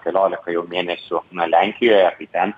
keliolika jau mėnesių lenkijoje kai ten